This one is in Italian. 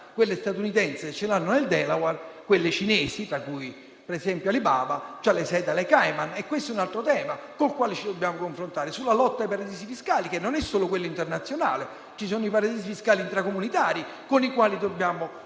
quelle statunitensi hanno sede nel Delaware, quelle cinesi, tra cui, per esempio, Alibaba, ha sede alle Isole Cayman. Questo è un altro tema con il quale ci dobbiamo confrontare; la lotta ai paradisi fiscali, che non sono solo quelli internazionali. Ci sono i paradisi fiscali intracomunitari con i quali dobbiamo combattere